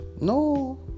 No